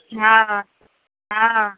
हँ हँ